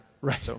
Right